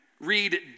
read